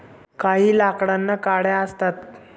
काही लाकडांना कड्या असतात